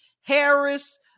Harris